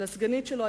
וכן לסגנית שלו,